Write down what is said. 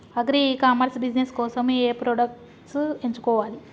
Agri e commerce business కోసము ఏ products ఎంచుకోవాలి?